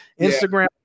Instagram